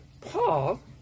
Paul